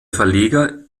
verleger